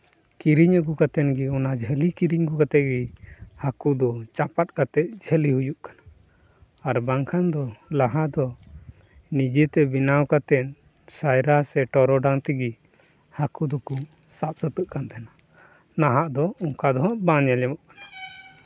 ᱠᱤᱨᱤᱧ ᱟᱹᱜᱩ ᱠᱟᱛᱮ ᱜᱮ ᱚᱱᱟ ᱡᱷᱟᱹᱞᱤ ᱠᱤᱨᱤᱧ ᱟᱹᱜᱩ ᱠᱟᱛᱮ ᱜᱮ ᱦᱟᱹᱠᱩ ᱫᱚ ᱪᱟᱯᱟᱫ ᱠᱟᱛᱮ ᱡᱷᱟᱹᱞᱤ ᱦᱩᱭᱩᱜ ᱠᱟᱱᱟ ᱟᱨ ᱵᱟᱝᱠᱷᱟᱱ ᱫᱚ ᱞᱟᱦᱟ ᱫᱚ ᱱᱤᱡᱮᱛᱮ ᱵᱮᱱᱟᱣ ᱠᱟᱛᱮ ᱥᱟᱭᱨᱟ ᱥᱮ ᱴᱚᱨᱚᱰᱟᱝ ᱛᱮᱜᱮ ᱦᱟᱹᱠᱩ ᱫᱚᱠᱚ ᱥᱟᱵ ᱥᱟᱹᱛᱟᱹᱜ ᱠᱟᱱ ᱛᱟᱦᱮᱱᱟ ᱱᱟᱦᱟᱸᱜ ᱫᱚ ᱚᱱᱠᱟ ᱫᱚᱦᱟᱸᱜ ᱵᱟᱝ ᱧᱮᱞ ᱧᱟᱢᱚᱜ ᱠᱟᱱᱟ